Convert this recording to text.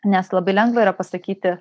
nes labai lengva yra pasakyti